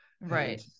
Right